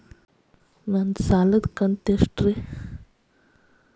ನನ್ನ ಸಾಲದು ಕಂತ್ಯಷ್ಟು?